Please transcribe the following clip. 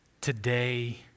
today